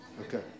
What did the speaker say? Okay